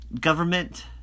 government